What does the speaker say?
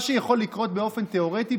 מה שיכול לקרות באופן תיאורטי,